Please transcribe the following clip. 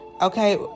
okay